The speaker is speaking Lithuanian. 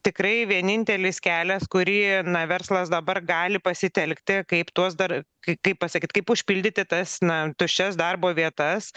tikrai vienintelis kelias kurį na verslas dabar gali pasitelkti kaip tuos dar k kaip pasakyt kaip užpildyti tas na tuščias darbo vietas